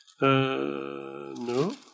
No